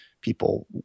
people